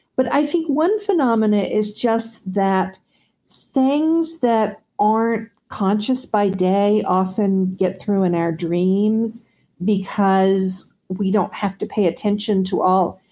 but i think one phenomena is just that things that aren't conscious by day often get through in our dreams because we don't have to pay attention to all.